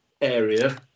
area